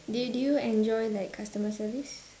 did did you enjoy like customer service